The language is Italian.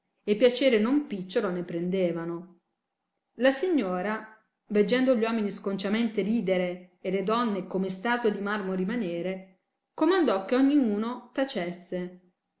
e piacere non picciolo ne prendevano la signora veggendo gli uomini sconciamente ridere e le donne come statue di marmo rimanere comandò che ogni uno tacesse